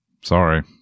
Sorry